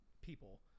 people